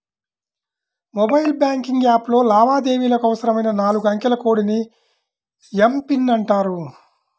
mobile banking యాప్లో లావాదేవీలకు అవసరమైన నాలుగు అంకెల కోడ్ ని ఎమ్.పిన్ అంటారు